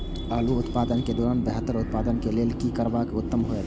आलू उत्पादन के दौरान बेहतर उत्पादन के लेल की करबाक उत्तम होयत?